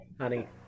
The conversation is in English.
Honey